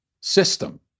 system